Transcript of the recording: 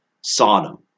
Sodom